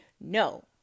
No